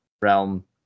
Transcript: realm